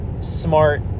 smart